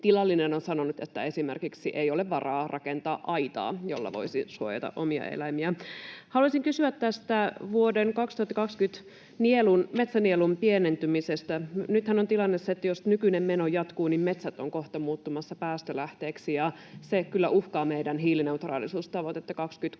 tilallinen on sanonut, että ei ole esimerkiksi varaa rakentaa aitaa, jolla voisi suojata omia eläimiä. Haluaisin kysyä tästä vuoden 2020 metsänielun pienentymisestä. Nythän on tilanne se, että jos nykyinen meno jatkuu, niin metsät ovat kohta muuttumassa päästölähteeksi, ja se kyllä uhkaa meidän hiilineutraalisuustavoitetta 2035